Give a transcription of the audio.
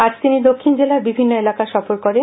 আজ তিনি দক্ষিণ জেলার বিভিন্ন এলাকা সফর করেন